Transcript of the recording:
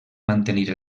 mantenir